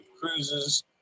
Cruises